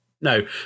No